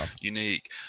unique